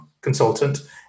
consultant